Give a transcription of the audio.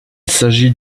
s’agit